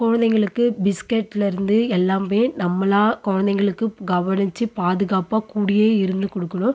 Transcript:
குலந்தைங்களுக்கு பிஸ்கெட்லருந்து எல்லாமே நம்மளா குழந்தைங்களுக்கு கவனிச்சு பாதுகாப்பாக கூடயே இருந்து கொடுக்கணும்